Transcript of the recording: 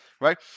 right